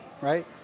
Right